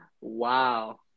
Wow